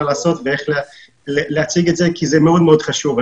לעשות ואיך להציג את זה כי זה מאוד מאוד חשוב.